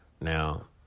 Now